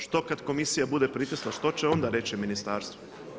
Što kada komisija bude pritiska, što će onda reći Ministarstvo?